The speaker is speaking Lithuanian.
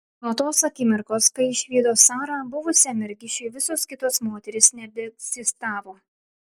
nuo tos akimirkos kai išvydo sarą buvusiam mergišiui visos kitos moterys nebeegzistavo